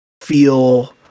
feel